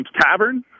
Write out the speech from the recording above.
tavern